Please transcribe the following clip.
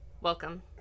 Welcome